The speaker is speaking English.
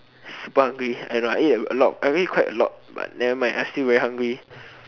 super hungry I don't know I eat a lot I really quite a lot but nevermind still quite hungry